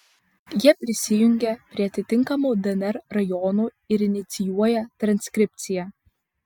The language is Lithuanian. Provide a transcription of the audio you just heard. jie prisijungia prie atitinkamų dnr rajonų ir inicijuoja transkripciją